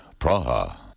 Praha